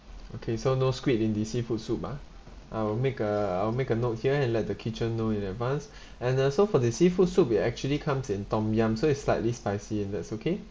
okay so no squid in the seafood soup ah I'll make uh I'll make a note here and let the kitchen know in advance and also for the seafood soup it actually comes in tom yum so it's slightly spicy and that's okay